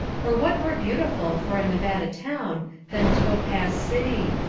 or what more beautiful for a nevada town than topaz city?